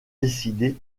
décider